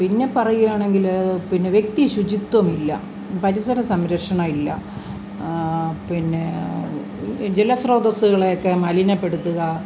പിന്നെ പറയുകയാണെങ്കിൽ പിന്നെ വ്യക്തി ശുചിത്വമില്ല പരിസരസംരക്ഷണം ഇല്ല പിന്നെ ജലസ്രോതസ്സുകളെ ഒക്കെ മലിനപ്പെടുത്തുക